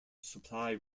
supply